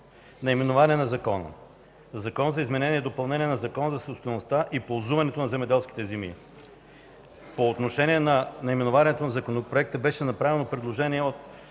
Наименование на Закона: „Закон за изменение и допълнение на Закона за собствеността и ползуването на земеделските земи”.” По отношение на наименованието на Законопроекта беше направено предложение от